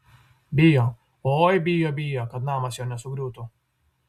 bijo oi bijo bijo kad namas jo nesugriūtų